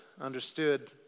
understood